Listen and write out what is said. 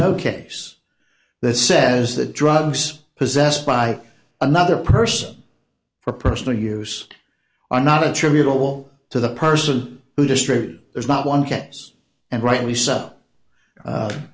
no case that says that drugs possessed by another person for personal use are not attributable to the person who distributed there's not one k s and rightly so